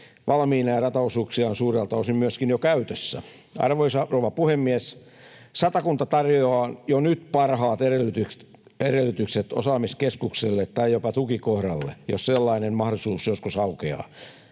valmiina ja rataosuuksia on suurelta osin myöskin jo käytössä. Arvoisa rouva puhemies! Satakunta tarjoaa jo nyt parhaat edellytykset osaamiskeskukselle tai jopa tukikohdalle, jos sellainen mahdollisuus joskus aukeaa.